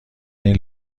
این